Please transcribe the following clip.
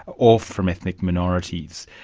or from ethnic minorities.